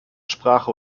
sprache